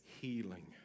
Healing